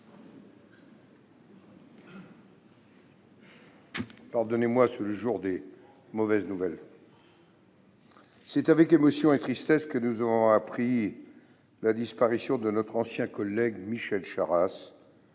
pardonnez-moi : c'est le jour des mauvaises nouvelles -, c'est avec émotion et tristesse que nous avons appris la disparition de notre ancien collègue Michel Charasse,